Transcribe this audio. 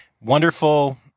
wonderful